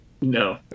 no